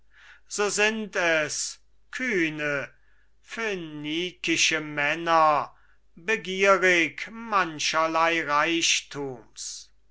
so sind es kühne phönikische männer begierig mancherlei reichtums